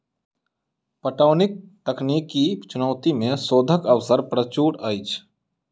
पटौनीक तकनीकी चुनौती मे शोधक अवसर प्रचुर अछि